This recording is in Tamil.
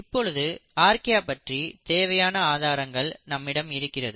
இப்பொழுது ஆர்கியா பற்றி தேவையான ஆதாரங்கள் நம்மிடம் இருக்கிறது